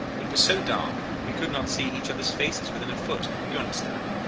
it was so dark we could not see each other's faces within a foot you understand.